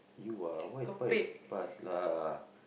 you ah what is past is past lah